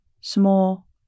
small